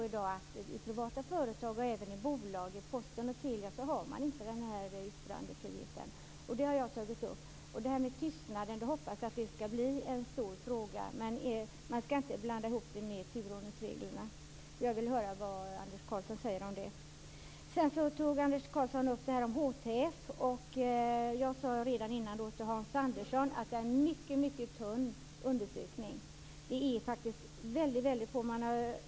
I privata företag och även i bolag som Posten och Telia har man i dag inte den yttrandefriheten. Det har jag tagit upp. Frågan om tystnaden hoppas jag skall bli en stor fråga, men man skall inte blanda ihop den med turordningsreglerna. Jag vill höra vad Anders Karlsson säger om det. Anders Karlsson tog upp HTF. Jag sade redan tidigare till Hans Andersson att det är en mycket tunn undersökning, som gäller väldigt få.